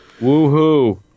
Woohoo